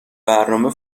برنامه